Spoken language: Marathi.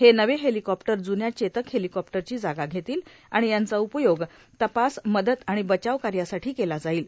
हे नवे हेलिकॉप्टर जून्या चेतक हेलिकॉप्टरची जागा घेतील आणि यांचा उपयोग तपास मदत आणि बचाव कार्यासाठी केला जाईल